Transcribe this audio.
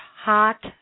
hot